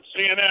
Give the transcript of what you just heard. CNN